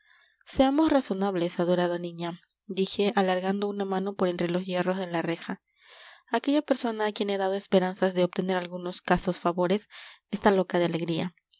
seamos razonables adorada niña dije alargando una mano por entre los hierros de la reja aquella persona a quien he dado esperanzas de obtener algunos castos favores está loca de alegría